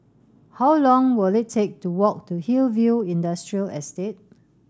how long will it take to walk to Hillview Industrial Estate